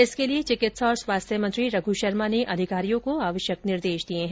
इसके लिये चिकित्सा और स्वास्थ्य मंत्री रघु शर्मा ने अधिकारियों को आवश्यक निर्देश दिये है